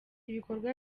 ibikorwa